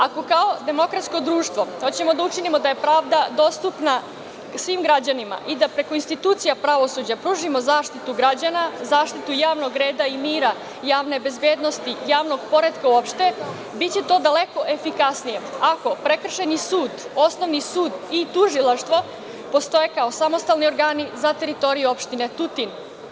Ako kao demokratsko društvo hoćemo da učinimo da je pravda dostupna svim građanima i da preko institucija pravosuđa pružimo zaštitu građanima, zaštitu javnog reda i mira, javne bezbednosti, javnog poretka uopšte, biće to daleko efikasnije ako prekršajni sud, osnovni sud i tužilaštvo postoje kao samostalni organi za teritoriju opštine Tutin.